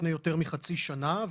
לפני יותר מחצי שנה.